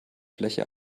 fläche